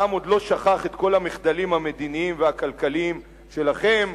העם עוד לא שכח את כל המחדלים המדיניים והכלכליים שלכם,